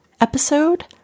episode